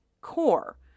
core